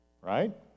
right